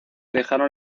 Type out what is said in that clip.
dejaron